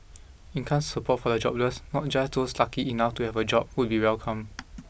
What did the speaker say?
income support for the jobless not just those lucky enough to have a job would be welcome